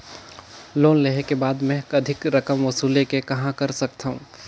Loan लेहे के बाद मे अधिक रकम वसूले के कहां कर सकथव?